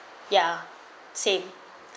ya same